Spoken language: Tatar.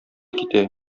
китә